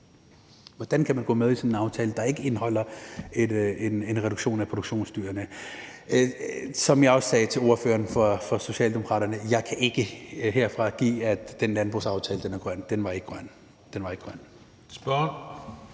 Hvordan kan man gå med i sådan en aftale, der ikke indeholder en reduktion af produktionsdyrene? Som jeg også sagde til ordføreren for Socialdemokraterne, kan jeg ikke herfra medgive, at den landbrugsaftale er grøn. Den er ikke grøn. Kl.